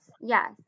Yes